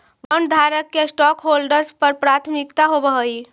बॉन्डधारक के स्टॉकहोल्डर्स पर प्राथमिकता होवऽ हई